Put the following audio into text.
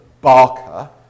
Barker